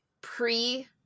pre-